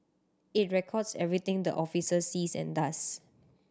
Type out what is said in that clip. it records everything the officer sees and does